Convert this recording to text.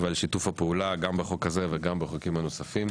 ועל שיתוף הפעולה גם בחוק הזה וגם בחוקים הנוספים.